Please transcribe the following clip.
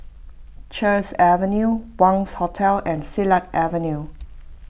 Sheares Avenue Wangz Hotel and Silat Avenue